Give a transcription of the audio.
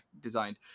designed